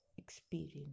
experience